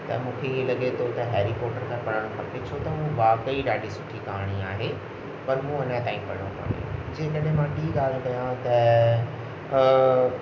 त मूंखे इहो लॻे थो त हैरी पोटर त पढ़णु खपे छो त उहा वाक़ेई ॾाढी सुठी कहाणी आहे पर मूं अञा ताईं पढ़ियो कोन्हे जेकॾहिं मां टी ॻाल्हि कयां त